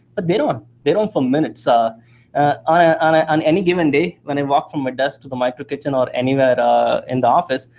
but they don't they don't for minutes. ah on ah on ah on any given day, when i walk from my desk to the microkitchen or anywhere in the office,